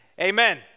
Amen